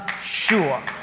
sure